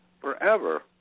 forever